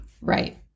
Right